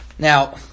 Now